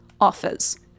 offers